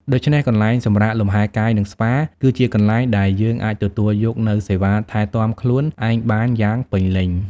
ដូច្នេះ កន្លែងសម្រាកលំហែកាយ និងស្ប៉ា គឺជាកន្លែងដែលយើងអាចទទួលយកនូវសេវាកម្មថែទាំខ្លួនឯងបានយ៉ាងពេញលេញ។